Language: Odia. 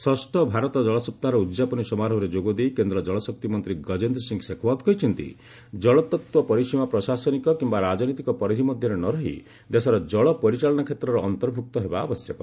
ଷଷ୍ଠ ଭାରତ ଜଳସପ୍ତାହର ଉଦ୍ଯାପନୀ ସମାରୋହରେ ଯୋଗ ଦେଇ କେନ୍ଦ୍ର ଜଳଶକ୍ତି ମନ୍ତ୍ରୀ ଗଜେନ୍ଦ୍ର ସିଂ ଶେଖାଓତ୍ କହିଛନ୍ତି ଜଳତ୍ତ୍ୱ ପରିସୀମା ପ୍ରଶାସନିକ କିୟା ରାଜନୈତିକ ପରିଧି ମଧ୍ୟରେ ନ ରହି ଦେଶର ଜଳ ପରିଚାଳନା କ୍ଷେତ୍ରର ଅନ୍ତର୍ଭୁକ୍ତ ହେବା ଆବଶ୍ୟକ